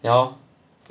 yeah lor